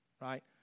right